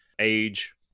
age